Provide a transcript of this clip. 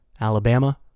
Alabama